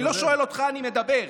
אני לא שואל אותך, אני מדבר.